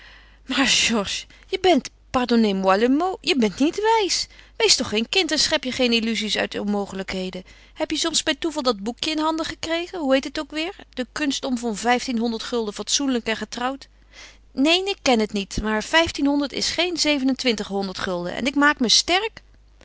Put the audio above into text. maar georges je bent pardonnez moi le mot je bent niet wijs wees toch geen kind en schep je geen illuzies uit onmogelijkheden heb je soms bij toeval dat boekje in handen gekregen hoe heet het ook weêr de kunst om van vijftienhonderd gulden fatsoenlijk en getrouwd neen ik ken het niet maar vijftienhonderd is geen zevenentwintighonderd gulden en ik maak me sterk